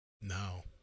No